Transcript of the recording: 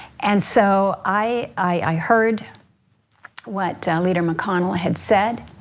and so i heard what leader mcconnell had said.